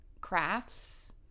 crafts